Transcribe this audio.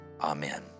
amen